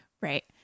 Right